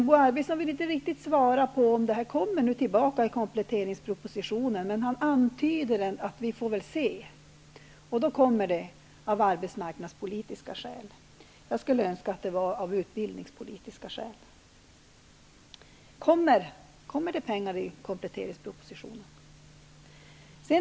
Bo Arvidson ville inte riktigt svara på om detta kommer att tas upp i kompletteringspropositionen, men han antyder att man får se. Och om det kommer att tas med är det av arbetsmarknadspolitiska skäl. Jag skulle önska att det var av utbildningspolitiska skäl. Kommer det att föreslås pengar till detta i kompletteringspropositionen?